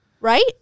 Right